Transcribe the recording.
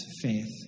faith